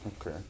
Okay